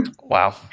wow